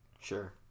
Sure